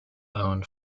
owned